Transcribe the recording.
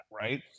right